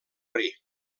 rei